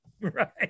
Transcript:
right